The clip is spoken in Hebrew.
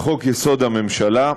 לחוק-יסוד: הממשלה,